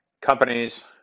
companies